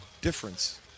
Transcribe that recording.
difference